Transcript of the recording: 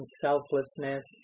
selflessness